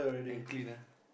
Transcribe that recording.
hand clean ah